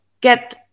get